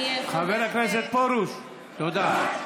אני חוזרת, חבר הכנסת פרוש, תודה.